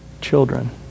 children